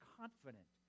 confident